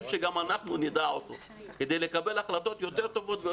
שגם אנחנו נדע אותו כדי לקבל החלטות יותר טובות,